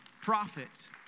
prophet